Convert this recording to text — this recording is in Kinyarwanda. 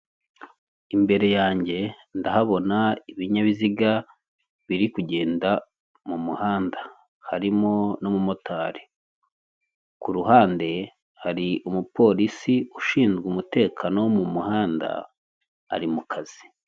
Imbere yange ndahabona ibinyabiziga biri kugenda mu muhanda harimo n'umumotari, ku ruhande hari umupolisi ushinzwe umutekano wo mu muhanda ari mu kazi.